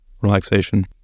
relaxation